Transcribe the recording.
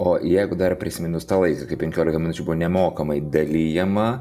o jeigu dar prisiminus tą vaizdą kai penkiolika minučių nemokamai dalijama